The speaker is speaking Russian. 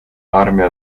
армия